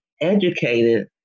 educated